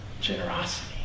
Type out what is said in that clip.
generosity